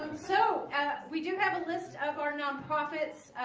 so we do have a list of our nonprofits.